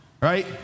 right